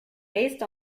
based